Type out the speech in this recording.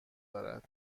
دارد